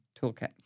toolkit